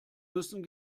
müssen